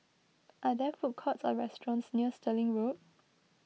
are there food courts or restaurants near Stirling Road